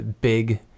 big